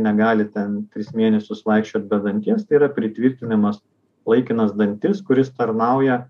negali ten tris mėnesius vaikščiot be danties tai yra pritvirtinimas laikinas dantis kuris tarnauja